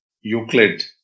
Euclid